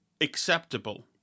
acceptable